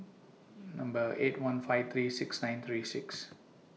Number eight one five three six nine three six